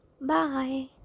bye